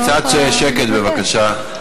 קצת שקט, בבקשה.